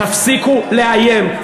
תפסיקו לאיים.